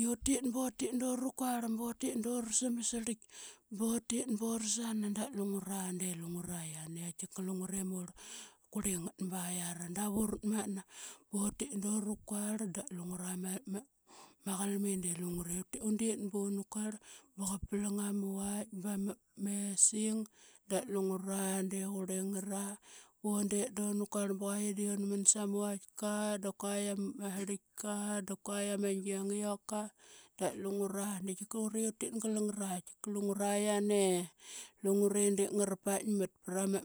i utit ba utit duru kuarl butit dura samsrlik batit ba ura sana. Da lungura de tika lungura yiane i tika lungure murl kurli ngat ba yiari, dav uratmatna bu tit danu kuarl da lungura ma qalmin de lungura. Undet bunu kuarl ba qa plang ama vaik ba ma, mesing da lungra de qurli ngara bundet da una kural ba qua ye de unman sa mavaitka da kua i amas srlka da kua i ylama gi angioka. Da lungura de tika qurli i utit gal ngara, tiak lungura yiane. Lungure da ngara paitmat.